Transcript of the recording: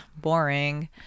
boring